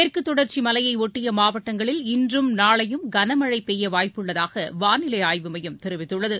மேற்குத் தொடர்ச்சி மலையை ஒட்டிய மாவட்டங்களில் இன்றும் நாளையும் கன மழை பெய்ய வாய்ப்புள்ளதாக வானிலை ஆய்வு மையம் தெரிவித்துள்ளது